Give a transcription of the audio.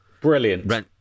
Brilliant